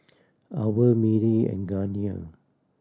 owl Mili and Garnier